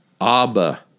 Abba